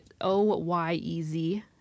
O-Y-E-Z